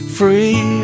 free